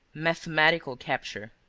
mathematical capture.